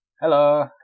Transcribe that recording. Hello